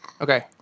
Okay